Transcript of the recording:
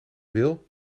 wil